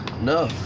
no